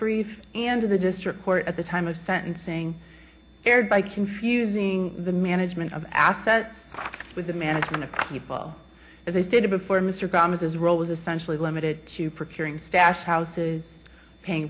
brief and to the district court at the time of sentencing erred by confusing the management of assets with the management of people as i stated before mr promises role was essentially limited to procuring stash houses paying